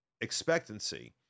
expectancy